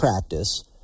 practice